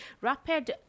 Rapid